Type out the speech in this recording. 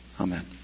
Amen